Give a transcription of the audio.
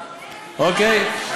אוקיי?